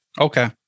Okay